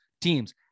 teams